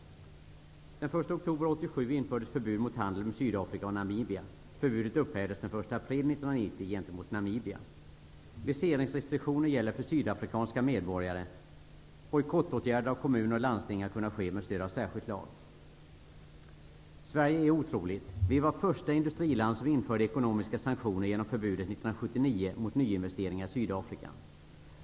Den 1 oktober 1987 gentemot Namibia. Viseringsrestriktioner gäller för sydafrikanska medborgare. Bojkottåtgärder från kommuner och landsting har kunnat ske med stöd av särskild lag. Sverige är otroligt. Vårt land var det första industriland som införde ekonomiska sanktioner genom förbudet 1979 mot nyinvesteringar i Sydafrika.